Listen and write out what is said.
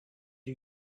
you